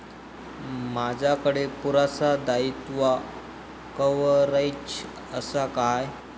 माजाकडे पुरासा दाईत्वा कव्हारेज असा काय?